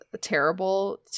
terrible